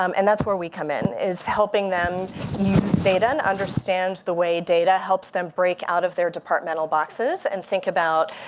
um and that's where we come in is helping them use data. and understand the way data helps them break out of their departmental boxes. and think about,